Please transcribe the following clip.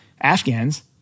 Afghans